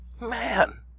man